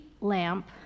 lamp